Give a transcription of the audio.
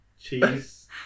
Cheese